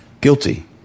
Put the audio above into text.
Guilty